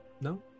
no